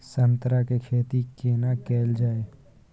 संतरा के खेती केना कैल जाय?